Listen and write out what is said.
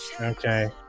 Okay